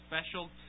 special